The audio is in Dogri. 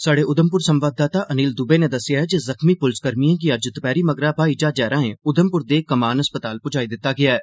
स्हाड़े उघमपुर संवाददाता अनिल दूबे नै दस्सेआ ऐ जे जख्मी पुलसकर्मिएं गी अज्ज दपैरी मगरा ब्हाई ज्हाजै राए उधमपुर दे कमान अस्पताल पुजाई दित्ता गेआ ऐ